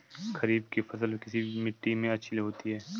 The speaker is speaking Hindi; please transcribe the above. खरीफ की फसल किस मिट्टी में अच्छी होती है?